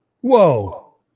Whoa